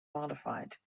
modified